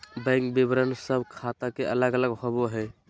bank विवरण सब ख़ाता के अलग अलग होबो हइ